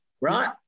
right